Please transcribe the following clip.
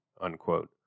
unquote